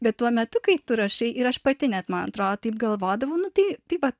bet tuo metu kai tu rašai ir aš pati net man atrodo taip galvodavau nu tai tai va